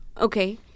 Okay